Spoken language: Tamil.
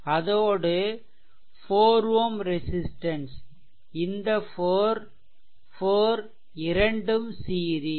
அதோடு 4 Ω ரெசிஸ்ட்டன்ஸ் இந்த 4 4 இரண்டும் சீரிஸ்